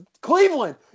Cleveland